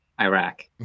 Iraq